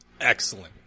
Excellent